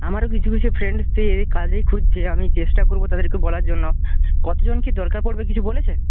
আমারও কিছু কিছু ফ্রেন্ডসদের এই কাজই খুঁজছে আমি চেষ্টা করব তাদেরকে বলার জন্য কতজন কি দরকার পড়বে কিছু বলেছে